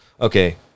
Okay